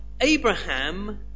Abraham